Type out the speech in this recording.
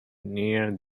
near